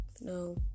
No